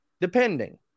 depending